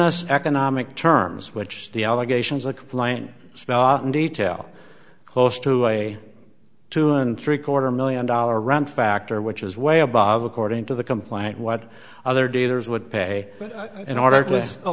us economic terms which the allegations a complaint spot in detail close to a two and three quarter million dollar run factor which is way above according to the complaint what other dealers would pay in order to